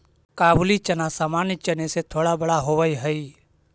काबुली चना सामान्य चने से थोड़ा बड़ा होवअ हई